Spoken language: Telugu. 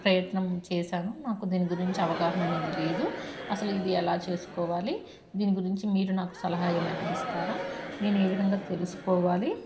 ప్రయత్నం చేశాను నాకు దీని గురించి అవగాహన అనేది లేదు అసలు ఇది ఎలా చేసుకోవాలి దీని గురించి మీరు నాకు సలహాయమైనా ఇస్తారా నేను ఏ విధంగా తెలుసుకోవాలి